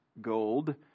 gold